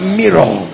mirror